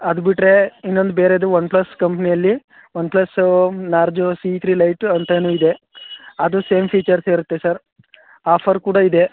ಅದು ಬಿಟ್ರೆ ಇನ್ನೊಂದು ಬೇರೆಯದು ಒನ್ ಪ್ಲಸ್ ಕಂಪ್ನಿಯಲ್ಲಿ OnePlus large C three lite ಅಂತಾನೂ ಇದೆ ಅದೂ ಸೇಮ್ ಫೀಚರ್ಸೇ ಇರುತ್ತೆ ಸರ್ ಆಫರ್ ಕೂಡ ಇದೆ